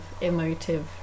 emotive